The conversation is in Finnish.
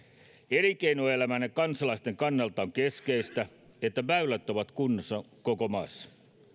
elinkeinoelämän ja kansalaisten kannalta on keskeistä että väylät ovat kunnossa koko maassa